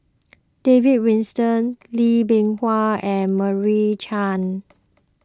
David Wilson Lee Bee Wah and Meira Chand